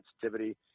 sensitivity